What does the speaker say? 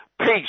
peace